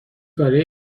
کاره